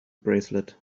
bracelet